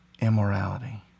immorality